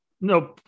No